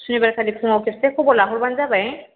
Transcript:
शुनिबार खालि फुङाव खेबसे खबर लाहरबानो जाबाय